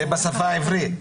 זה בשפה העברית,